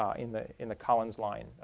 ah in the in the collins line,